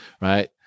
right